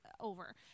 over